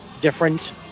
different